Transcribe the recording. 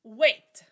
wait